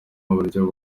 buryo